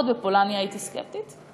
עוד בפולניה הייתי סקפטית.